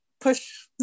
push